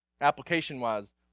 application-wise